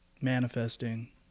manifesting